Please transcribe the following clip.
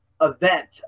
event